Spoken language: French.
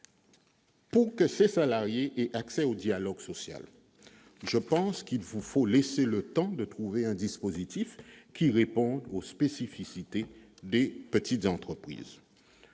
à ces salariés d'avoir accès au dialogue social. Je pense qu'il faut vous laisser le temps de trouver un dispositif qui réponde aux spécificités des petites entreprises.